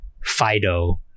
Fido